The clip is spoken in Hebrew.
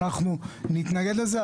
ונתנגד לזה.